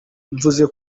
mvuze